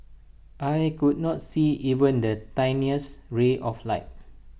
I could not see even the tiniest ray of light